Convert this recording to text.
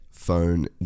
phone